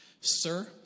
Sir